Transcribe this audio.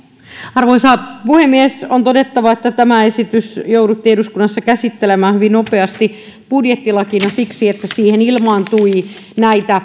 arvoisa puhemies on todettava että tämä esitys jouduttiin eduskunnassa käsittelemään hyvin nopeasti budjettilakina siksi että siihen ilmaantui näitä